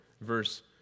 verse